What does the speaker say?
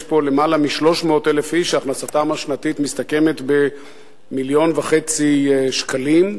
יש פה למעלה מ-30,000 איש שהכנסתם השנתית מסתכמת במיליון וחצי שקלים,